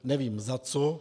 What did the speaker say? Nevím za co.